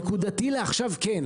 נקודתי לעכשיו כן.